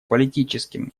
политическим